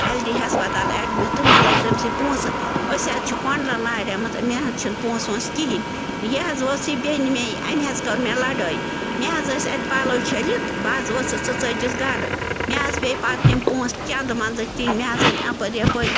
L D ہسپتال admit تہٕ مےٚ لٔگۍ تٔمۍ سی پونٛسہٕ أسی حظ چھِ کوٚنٛڈلَن لاریمٕژ مےٚ حظ چھِنہٕ پونٛسہٕ وونٛسہٕ کِہیٖنۍ یہِ حظ وٕژھ یہِ بیٚنہِ مےٚ أمۍ حظ کٔر مےٚ لَڈٲے مےٚ حظ ٲسۍ اَتہِ پَلَو چھٕلِتھ بہٕ حظ وٕژھٕس تہِ ژٕجِس گَرٕ مےٚ حظ پیٚیہِ پَتہٕ تِم پونٛسہٕ چَنٛدٕ منٛزکۍ دِنۍ مےٚ حظ أنۍ اَپٲرۍ یَپٲرۍ